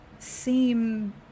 seem